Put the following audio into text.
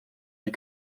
die